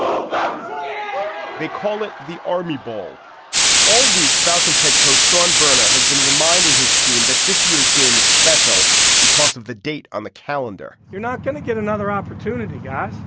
um they call it the army bowl all week falcons head coach shaun berner has been reminding his team that this year's game is special because of the date on the calendar. you're not going to get another opportunity got.